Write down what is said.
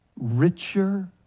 Richer